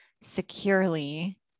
securely